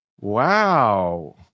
Wow